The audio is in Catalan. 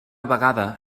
vegada